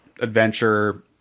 adventure